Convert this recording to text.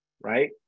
right